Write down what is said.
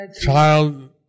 child